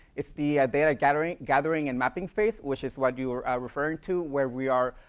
it's the data gathering gathering and mapping phase, which is what you are referring to, where we are.